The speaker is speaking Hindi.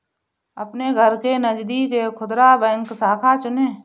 अपने घर के नजदीक एक खुदरा बैंक शाखा चुनें